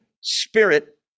spirit